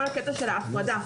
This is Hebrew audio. כל הקטע של ההפרדה.